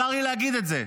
צר לי להגיד את זה.